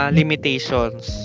limitations